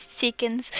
seconds